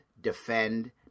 defend